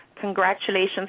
congratulations